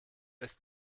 ist